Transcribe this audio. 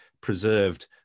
preserved